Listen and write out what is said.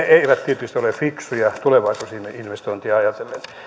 eivät tietysti ole fiksuja tulevaisuusinvestointeja ajatellen